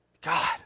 God